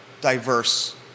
diverse